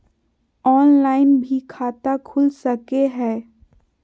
Online भी खाता खूल सके हय?